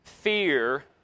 fear